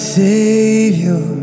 savior